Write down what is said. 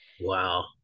Wow